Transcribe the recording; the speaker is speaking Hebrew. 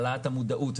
העלאת המודעות.